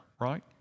right